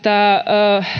tämä